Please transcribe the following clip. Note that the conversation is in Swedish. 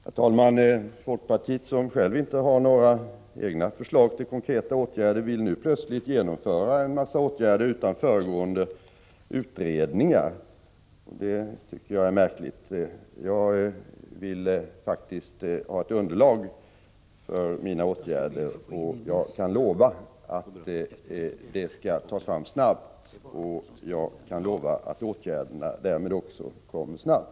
Herr talman! Folkpartiet, som inte har några egna förslag till konkreta åtgärder, vill nu plötsligt genomföra en massa åtgärder utan föregående utredning. Det tycker jag är märkligt. Jag vill faktiskt ha ett underlag för mina åtgärder. Jag kan lova att detta skall tas fram snabbt och att åtgärderna därmed också kommer snabbt.